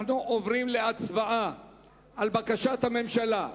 אנחנו עוברים להצבעה על בקשת הממשלה,